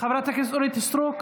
חברת הכנסת אורית סטרוק,